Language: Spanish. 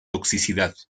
toxicidad